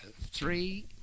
three